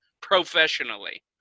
professionally